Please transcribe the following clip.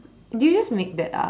did you just make that up